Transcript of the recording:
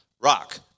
rock